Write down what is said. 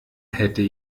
hätte